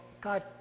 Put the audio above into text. God